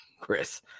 Chris